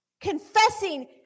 confessing